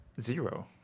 Zero